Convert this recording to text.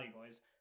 boys